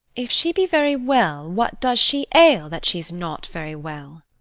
if she be very well, what does she ail that she's not very well?